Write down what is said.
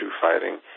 fighting